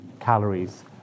calories